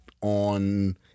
on